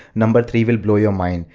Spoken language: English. number three will blow your mind.